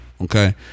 Okay